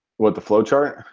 what the flowchart?